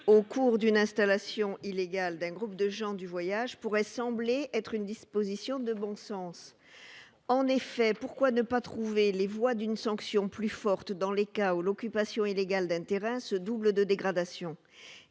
au cours d'une installation illégale d'un groupe de gens du voyage pourrait sembler une disposition de bon sens. En effet, pourquoi ne pas trouver les voies d'une sanction plus forte dans les cas où l'occupation illégale d'un terrain se double de dégradations ?